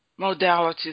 modalities